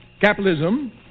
Capitalism